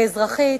כאזרחית,